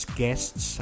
guests